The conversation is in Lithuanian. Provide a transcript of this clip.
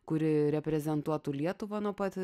kuri reprezentuotų lietuvą nuo pat